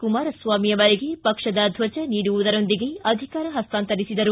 ಕುಮಾರಸ್ವಾಮಿ ಅವರಿಗೆ ಪಕ್ಷದ ರ ದ್ವಜ ನೀಡುವುದರೊಂದಿಗೆ ಅಧಿಕಾರ ಹಸ್ತಾಂತರಿಸಿದರು